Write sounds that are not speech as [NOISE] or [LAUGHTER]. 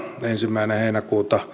ensimmäinen heinäkuuta [UNINTELLIGIBLE]